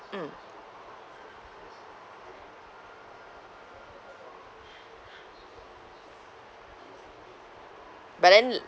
mm but then